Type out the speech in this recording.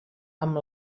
amb